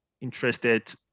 interested